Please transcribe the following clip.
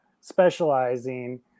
specializing